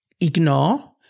ignore